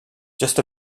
just